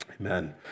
amen